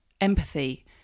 empathy